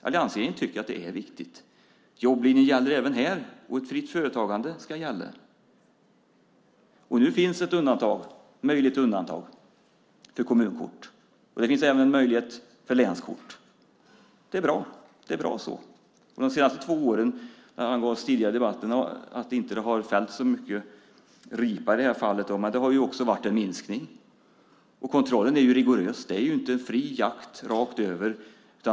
Alliansregeringen tycker att det är viktigt. Jobblinjen gäller även här. Ett fritt företagande ska gälla. Nu finns det en möjlighet till undantag för kommunkort. Det finns även en möjlighet för länskort. Det är bra. De senaste två åren har det, som angavs tidigare i debatten, inte fällts så mycket ripa. Det har ju varit en minskning. Kontrollen är rigorös. Det är ju inte fri jakt rakt över.